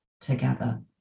together